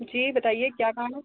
जी बताइए क्या काम है